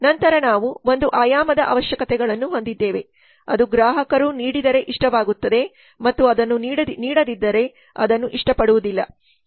ನಂತರ ನಾವು ಒಂದು ಆಯಾಮದ ಅವಶ್ಯಕತೆಗಳನ್ನು ಹೊಂದಿದ್ದೇವೆ ಅದು ಗ್ರಾಹಕರು ನೀಡಿದರೆ ಇಷ್ಟವಾಗುತ್ತದೆ ಮತ್ತು ಅದನ್ನು ನೀಡದಿದ್ದರೆ ಅದನ್ನು ಇಷ್ಟಪಡುವುದಿಲ್ಲ